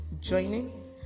joining